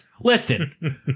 listen